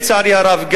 לצערי הרב,